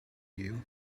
you